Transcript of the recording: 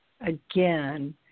again